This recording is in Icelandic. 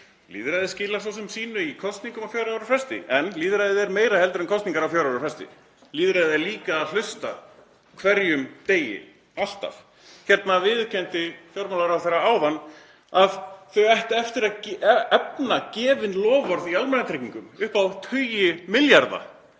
Lýðræðið skilar svo sem sínu í kosningum á fjögurra ára fresti en lýðræðið er meira en kosningar á fjögurra ára fresti. Lýðræðið er líka að hlusta á hverjum degi. Alltaf. Hérna viðurkenndi fjármálaráðherra áðan að þau ættu eftir að efna gefin loforð í almannatryggingum upp á tugi milljarða.